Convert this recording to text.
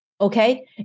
okay